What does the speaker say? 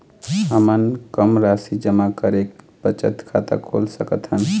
हमन कम राशि जमा करके बचत खाता खोल सकथन?